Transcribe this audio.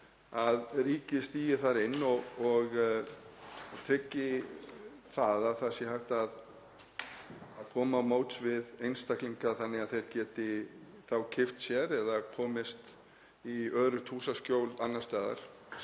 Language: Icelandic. að ríkið stígi þar inn og tryggi að það sé hægt að koma til móts við einstaklinga þannig að þeir geti þá keypt sér eða komist í öruggt húsaskjól annars staðar.